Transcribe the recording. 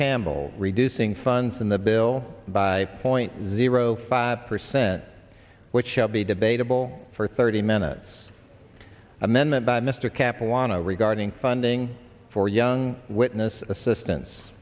campbell reducing funds in the bill by point zero five percent which shall be debatable for thirty minutes amendment by mr kapil wanna regarding funding for young witness assistance